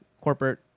corporate